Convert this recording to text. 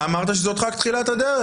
אתה אמרת שזו רק תחילת הדרך.